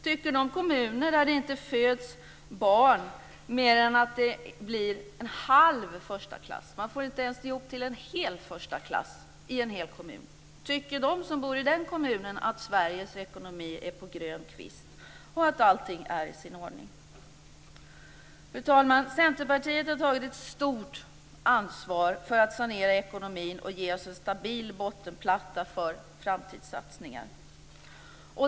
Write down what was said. Tycker de kommuner, där det inte föds fler barn än att det blir en halv förstaklass, det? Man får inte ens ihop till en hel förstaklass. Tycker de som bor i den kommunen att Sveriges ekonomi är på grön kvist och att allting är i sin ordning? Fru talman! Centerpartiet har tagit ett stort ansvar för att sanera ekonomin och ge oss en stabil bottenplatta för framtidssatsningar.